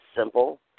simple